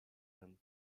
him